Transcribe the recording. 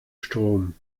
strom